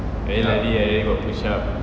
hari-hari abeh buat push-up